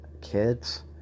kids